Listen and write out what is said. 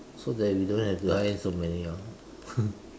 so that we don't have to iron so many ah